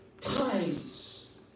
times